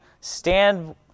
stand